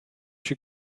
you